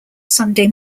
sunday